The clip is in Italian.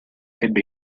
ebbe